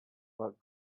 what